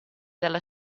dalla